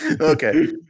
okay